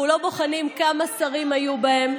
אנחנו לא בוחנים כמה שרים היו בהן,